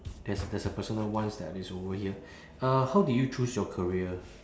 there's there's a personal ones that is over here uh how did you choose your career